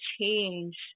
change